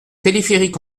téléphérique